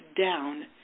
down